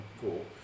Cool